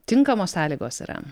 tinkamos sąlygos yra